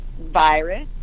virus